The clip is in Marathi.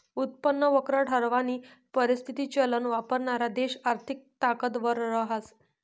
उत्पन्न वक्र ठरावानी परिस्थिती चलन वापरणारा देश आर्थिक ताकदवर रहास